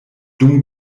dum